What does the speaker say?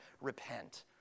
Repent